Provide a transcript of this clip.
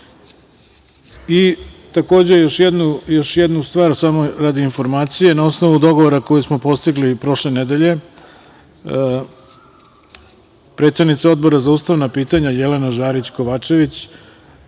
odluku. Takođe, još jednu stvar samo radi informacije, na osnovu dogovora koji smo postigli prošle nedelje, predsednica Odbora za ustavna pitanja i zakonodavstvo Jelena Žarić Kovačević